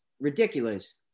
ridiculous